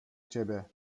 ciebie